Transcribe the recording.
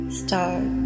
start